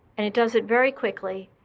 and it does it very quickly,